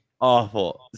Awful